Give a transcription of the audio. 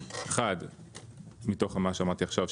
1. מתוך מה שאמרתי עכשיו,